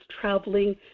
traveling